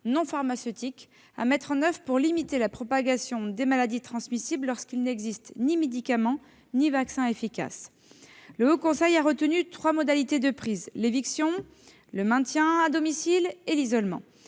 non pharmaceutiques à mettre en oeuvre pour limiter la propagation des maladies transmissibles lorsqu'il n'existe ni médicament ni vaccin efficace. Le Haut Conseil a retenu trois modalités de prise en charge : l'éviction, le maintien à domicile et l'isolement.